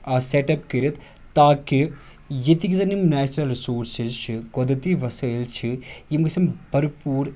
آ set up کٔرِتھ تاکہ ییٚتِکۍ زن یِم نیچرَل رِسورسٕز چھِ قۄدرٔتی وسٲیِل چھِ یِم گژھان برپوٗر